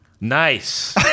Nice